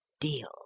deal